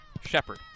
Shepard